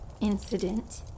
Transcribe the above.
incident